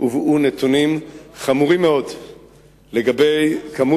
הובאו נתונים חמורים מאוד לגבי מספר